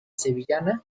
sevillana